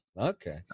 Okay